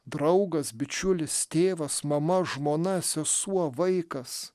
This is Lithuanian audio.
draugas bičiulis tėvas mama žmona sesuo vaikas